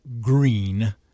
green